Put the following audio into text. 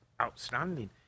outstanding